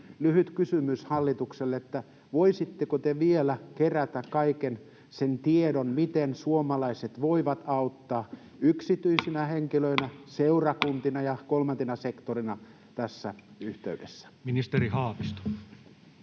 Lyhyt kysymys hallitukselle: voisitteko te vielä kerätä kaiken sen tiedon, miten suomalaiset voivat auttaa yksityisinä henkilöinä, seurakuntina ja kolmantena sektorina tässä yhteydessä? Ministeri Haavisto.